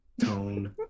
tone